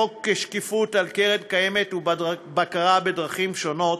הקיימת את חוק שקיפות ובקרה בדרכים שונות,